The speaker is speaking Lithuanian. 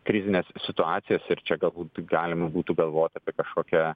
krizines situacijas ir čia galbūt galima būtų galvot apie kažkokią